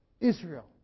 Israel